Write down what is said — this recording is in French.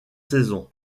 saisons